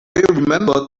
remembered